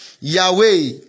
Yahweh